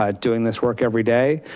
um doing this work every day.